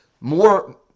more